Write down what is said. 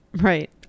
Right